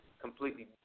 completely